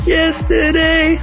yesterday